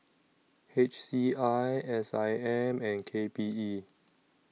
H C I S I M and K P E